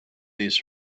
these